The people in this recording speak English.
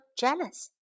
jealous